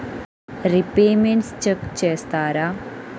Repayments check చేస్తారా?